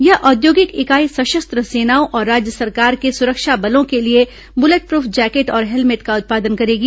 यह औद्योगिक इकाई सशस्त्र सेनाओं और राज्य सरकार के सुरक्षा बलों के लिए बुलेटप्रुफ जैकेट और हेलमेट का उत्पादन करेगी